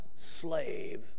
slave